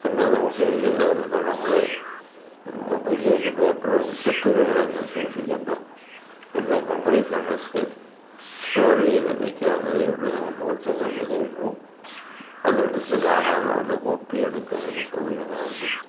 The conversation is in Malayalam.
പിന്നെ നമുക്ക് എഴുതിയത് കാര്യം തന്നെ നമ്മൾ പരിശോധിച്ച് പേപ്പറ് കെട്ടുകളൊന്നും സൂക്ഷിക്കണ്ട എല്ലാം മെമ്മറി തന്നെ സ്റ്റോറ് ചെയ്ത് വയ്ക്കാവുന്നതേ ഉള്ളൂ നമുക്ക് വർഷങ്ങൾക്ക് ശേഷവും അത് എടുത്ത് കാണാനോ അല്ലെങ്കിൽ കോപ്പി എടുക്കാനൊക്കെ സൗകര്യങ്ങളുണ്ട്